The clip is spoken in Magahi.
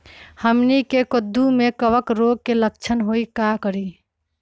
हमनी के कददु में कवक रोग के लक्षण हई का करी?